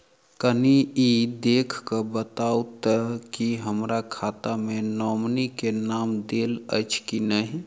कनि ई देख कऽ बताऊ तऽ की हमरा खाता मे नॉमनी केँ नाम देल अछि की नहि?